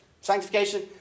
sanctification